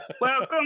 Welcome